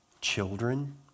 children